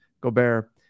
Gobert